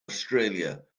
australia